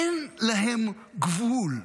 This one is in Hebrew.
אין להם גבול.